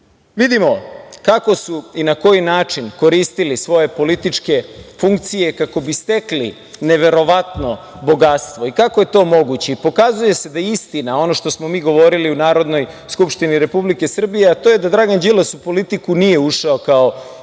vidimo kako su i na koji način koristili svoje političke funkcije kako bi stekli neverovatno bogatstvo i kako je to moguće. Pokazuje se da je istina ono što smo mi govorili u Narodnoj skupštini Republike Srbije, a to je da Dragan Đilas u politiku nije ušao kao